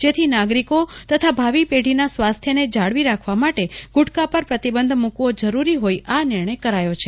જેથી નાગરિકો તથા ભાવિ પેઢીના સ્વાસ્થ્યને જાળવી રાખવા માટે ગુટકા પર પ્રતિબંધ મૂકવો જરૂરી હોઇ આ નિર્ણય કરાયો છે